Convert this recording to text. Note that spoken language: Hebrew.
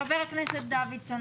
חבר הכנסת דוידסון,